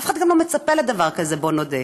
אף אחד גם לא מצפה לדבר כזה, בואו נודה.